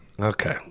Okay